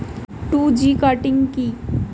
Two G cutting কি?